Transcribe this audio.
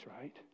right